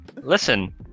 Listen